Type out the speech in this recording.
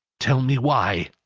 tell me why?